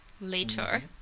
later